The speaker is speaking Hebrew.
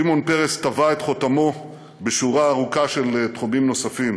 שמעון פרס טבע את חותמו בשורה ארוכה של תחומים נוספים: